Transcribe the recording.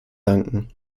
danken